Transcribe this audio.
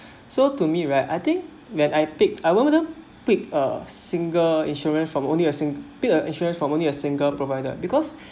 so to me right I think when I take I would rather pick a single insurance from only a sing~ pick insurance from only a single provider because